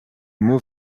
mot